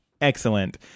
Excellent